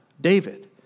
David